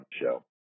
show